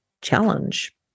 challenge